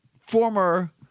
former